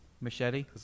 Machete